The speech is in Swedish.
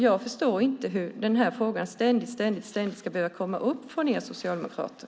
Jag förstår inte att frågan ständigt ska behöva komma upp från er socialdemokrater.